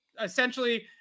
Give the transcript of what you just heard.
essentially